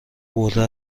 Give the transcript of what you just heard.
برده